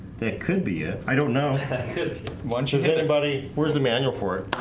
that could be it. i don't know one chance anybody where's the manual for it?